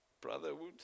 brotherhood